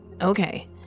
okay